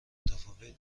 متفاوتی